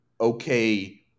okay